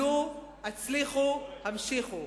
עלו, הצליחו, המשיכו.